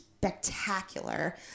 spectacular